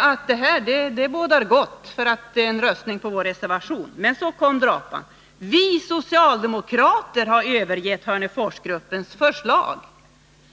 att det här bådar gott för en röstning på vår reservation. Men så kom drapan: Ni socialdemokrater har övergett Hörneforsgruppens förslag.